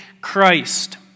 Christ